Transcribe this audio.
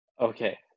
okay